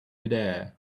midair